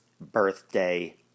birthday